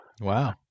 Wow